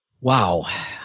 Wow